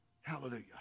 Hallelujah